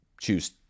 choose